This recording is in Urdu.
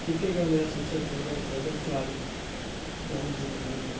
کرکٹ کا میرا سب سے فیوریٹ کھلاڑی مہندر سنگھ دھونی ہے